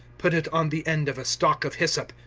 put it on the end of a stalk of hyssop,